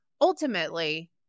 ultimately